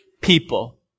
people